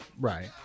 Right